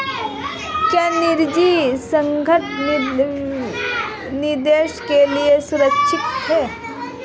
क्या निजी संगठन निवेश के लिए सुरक्षित हैं?